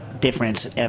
difference